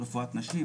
רפואת נשים,